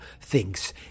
thinks